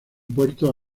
puerto